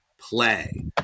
play